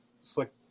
slick